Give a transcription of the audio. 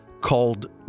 called